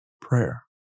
prayer